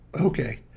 okay